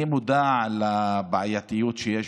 אני מודע לבעייתיות שיש,